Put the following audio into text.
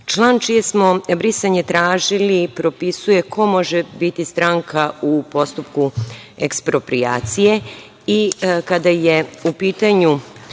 čije smo brisanje tražili, propisuje ko može biti stranka u postupku eksproprijacije i kada je u pitanju